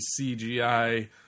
CGI